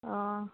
অঁ